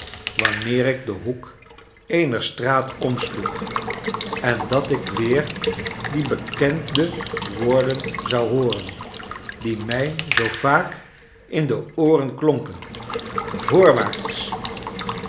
wanneer ik den hoek eener straat omsloeg en dat ik weer die bekende woorden zou hooren die mij zoo vaak in de ooren klonken voorwaarts